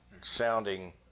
sounding